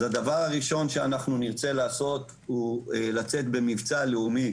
הדבר הראשון שאנחנו נרצה לעשות הוא לצאת במבצע לאומי